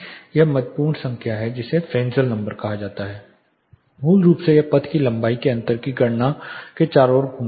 एक महत्वपूर्ण संख्या वहां है जिसे फ्रेसेल नंबर कहा जाता है मूल रूप से यह पथ की लंबाई के अंतर की गणना के चारों ओर घूमता है